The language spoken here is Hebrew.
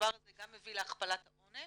כשהדבר הזה גם מביא להכפלת העונש,